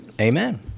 amen